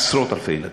עשרות אלפי ילדים,